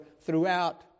throughout